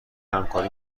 همکاری